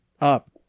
up